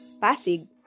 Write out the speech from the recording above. Pasig